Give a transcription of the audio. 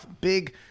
big